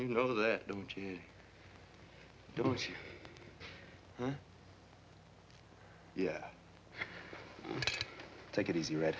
know that don't you don't you yeah take it easy read